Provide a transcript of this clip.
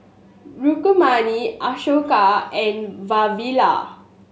Rukmini Ashoka and Vavilala